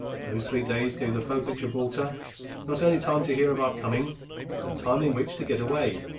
those three days gave the folk at gibraltar not only time to hear of our coming, but time in which to get away.